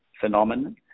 phenomenon